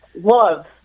love